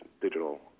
digital